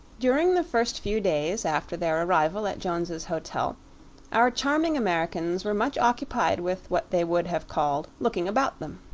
during the first few days after their arrival at jones's hotel our charming americans were much occupied with what they would have called looking about them.